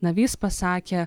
navys pasakė